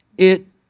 it